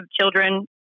children